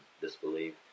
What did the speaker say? disbelief